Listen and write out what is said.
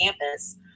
campus